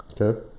Okay